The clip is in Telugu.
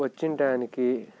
వచ్చిన టైంకి